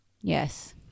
Yes